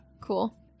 Cool